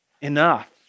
enough